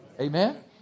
Amen